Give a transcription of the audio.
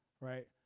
right